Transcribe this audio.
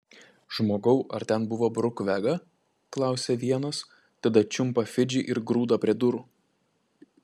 žmogau ar ten buvo bruk vega klausia vienas tada čiumpa fidžį ir grūda prie durų